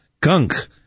gunk